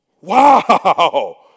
Wow